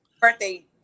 Birthday